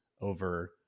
over